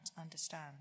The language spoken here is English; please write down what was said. understand